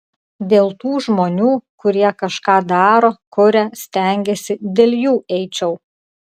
dėl tų žmonių kurie kažką daro kuria stengiasi dėl jų eičiau